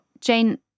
Jane